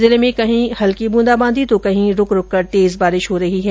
जिले में कही हल्की बूंदाबांदी तो कही रुक रुक कर तेज बारिश हो रही है